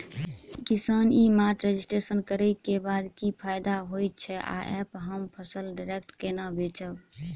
किसान e mart registration करै केँ बाद की फायदा होइ छै आ ऐप हम फसल डायरेक्ट केना बेचब?